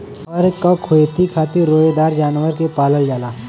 फर क खेती खातिर रोएदार जानवर के पालल जाला